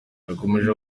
yakomeje